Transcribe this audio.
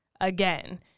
Again